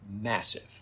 massive